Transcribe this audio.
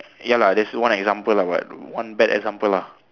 ya lah that's one example but one bad example lah